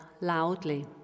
loudly